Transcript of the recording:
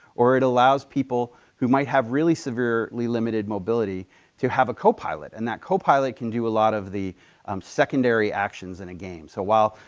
or it allows people who might have really severely limited mobility to have a copilot, and that copilot can do a lot of the secondary actions in a game, so while,